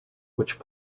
which